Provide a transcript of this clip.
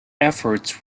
efforts